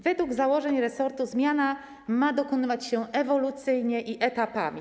Według założeń resortu zmiana ma dokonywać się ewolucyjnie i etapami.